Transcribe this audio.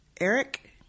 Eric